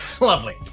Lovely